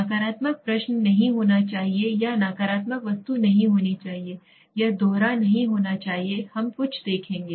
नकारात्मक प्रश्न नहीं होना चाहिए या नकारात्मक वस्तु नहीं होनी चाहिए यह दोहरा नहीं होना चाहिए हम कुछ देखेंगे